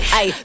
ay